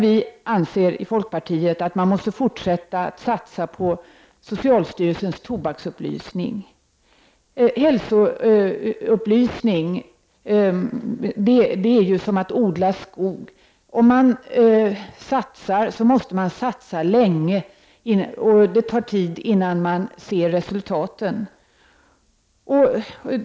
Vi i folkpartiet anser att man måste fortsätta att satsa på socialstyrelsens tobaksupplysning. Att bedriva hälsoupplysning är som att odla skog. Om man satsar måste man satsa långsiktigt, och det tar tid innan man ser resultaten.